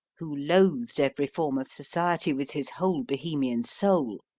who loathed every form of society with his whole bohemian soul,